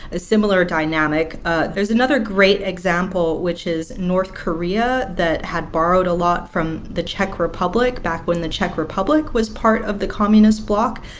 a similar dynamic ah there's another great example, which is north korea, that had borrowed a lot from the czech republic back when the czech republic was part of the communist bloc.